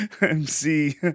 MC